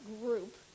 group